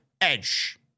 Edge